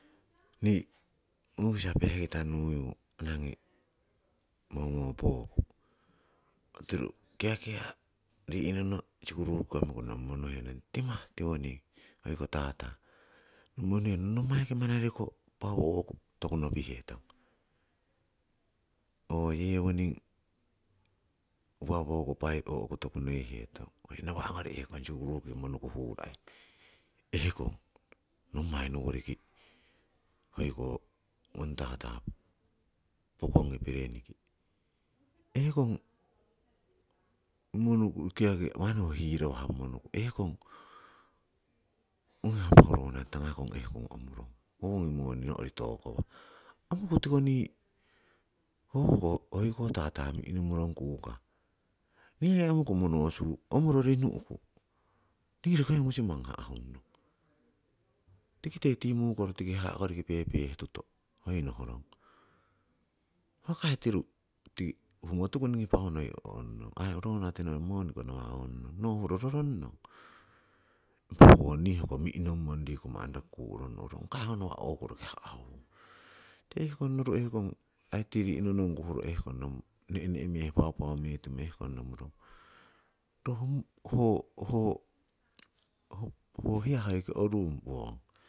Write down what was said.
nii u'kisa pehkita nuyu anangi momo pooku tiru kiakia ri'nono sukuru komikunno muhenong timah tiwonin, hoi koh tata, nomuinuhenong nommaiki manareko pau ho'ku toku nopihetong, ho yewoning noi pai pau o'ku toku neiheton. Nawangori manni sukuruki mimonuku hurai hehkon nommai noworiki ohko ngong tata pokongi pereniki, manni yaki hirawa mimonuku ong hiya donat tangaton ehkon ohmuron kugi moni no'ri tokowah, omuku tiko nii hoiko tata mi'nomurong kukah. Nii aii omuku monosu, omuro rinu'ku ningii roki hoi misumang ha'hunnong, tikite tii mukoru tiki haha' koriki pepe tutoh hoi nohrong ho kai tii tiru humoyu ningi pau noi honnon aii donati, moni koh noi onnon noh huro no roronnon nii ohko minommon manni roki kuurong ong ho nawa' oku roki ha'hun, tikite ehkong noru aii tii ri'nonongku ne'ne'mee paupau metimo nomuron ro ho hiya hoiki orun wong.